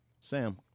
Sam